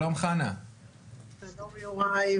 שלום נהוראי,